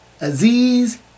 Aziz